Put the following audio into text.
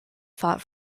fought